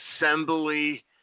assembly